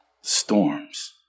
storms